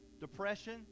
depression